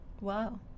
Wow